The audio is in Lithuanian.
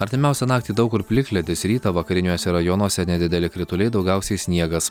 artimiausią naktį daug kur plikledis rytą vakariniuose rajonuose nedideli krituliai daugiausiai sniegas